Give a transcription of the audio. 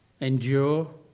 Endure